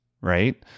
right